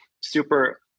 Super